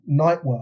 Nightwork